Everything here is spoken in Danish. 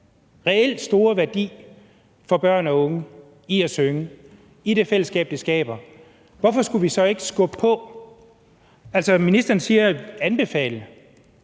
reelt store værdi for børn og unge i at synge i det fællesskab, det skaber, hvorfor skulle vi så ikke skubbe på? Altså, ministeren siger: anbefale.